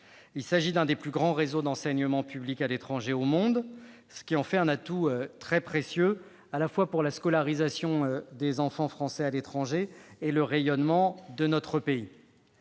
Il s'agit d'un des plus grands réseaux d'enseignement public à l'étranger au monde, ce qui en fait un atout très précieux pour la scolarisation des enfants français à l'étranger et pour le rayonnement de notre pays.